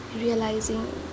realizing